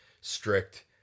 strict